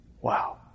wow